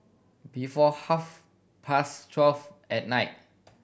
before half past twelve at night